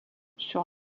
sur